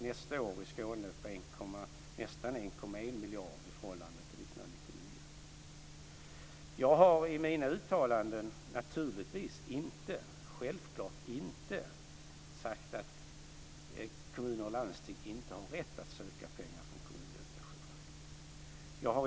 Nästa år ökar de i Skåne med nästan 1,1 miljarder i förhållande till I mina uttalanden har jag självfallet inte sagt att kommuner och landsting inte har rätt att söka pengar från Kommundelegationen.